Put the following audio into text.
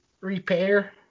repair